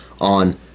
on